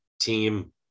team